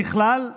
ככלל,